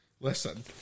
Listen